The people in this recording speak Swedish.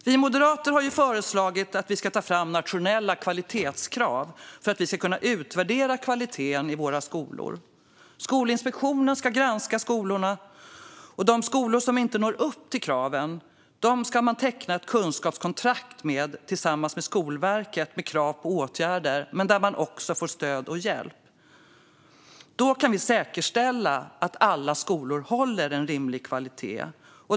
Vi moderater har föreslagit att vi ska ta fram nationella kvalitetskrav för att vi ska kunna utvärdera kvaliteten i våra skolor. Skolinspektionen ska granska skolorna, och de skolor som inte når upp till kraven ska man teckna ett kunskapskontrakt med, tillsammans med Skolverket, med krav på åtgärder men också med stöd och hjälp. Då kan vi säkerställa att alla skolor håller en rimlig kvalitet.